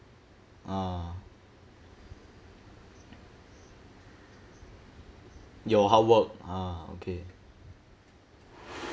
ah your hard work ah okay